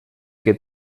que